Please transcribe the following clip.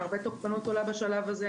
הרבה תוקפנות עולה בשלב הזה.